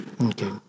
Okay